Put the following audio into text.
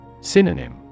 Synonym